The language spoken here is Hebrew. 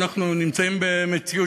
אנחנו נמצאים במציאות,